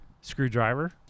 Screwdriver